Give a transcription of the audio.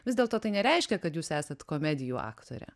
vis dėlto tai nereiškia kad jūs esat komedijų aktorė